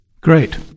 great